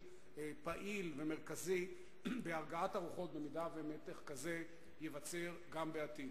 פעיל ומרכזי בהרגעת הרוחות אם מתח כזה ייווצר גם בעתיד.